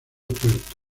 tuerto